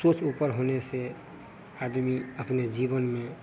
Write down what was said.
सोच ऊपर होने से आदमी अपने जीवन में